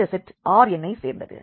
இந்த செட் Rnஐ சேர்ந்தது